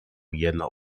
jeno